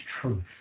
truth